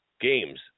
games